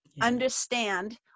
understand